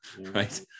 right